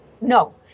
No